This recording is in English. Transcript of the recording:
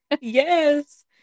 yes